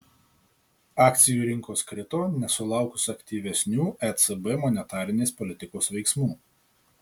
akcijų rinkos krito nesulaukus aktyvesnių ecb monetarinės politikos veiksmų